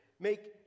make